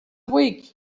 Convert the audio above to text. week